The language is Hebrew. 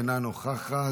אינה נוכחת,